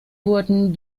wurden